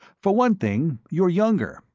for one thing, you're younger.